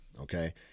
Okay